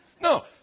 No